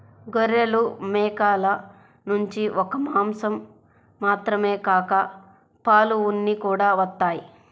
గొర్రెలు, మేకల నుంచి ఒక్క మాసం మాత్రమే కాక పాలు, ఉన్ని కూడా వత్తయ్